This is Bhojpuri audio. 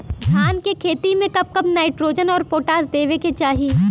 धान के खेती मे कब कब नाइट्रोजन अउर पोटाश देवे के चाही?